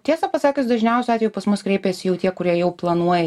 tiesą pasakius dažniausiu atveju pas mus kreipiasi jau tie kurie jau planuoja